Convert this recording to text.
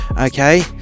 okay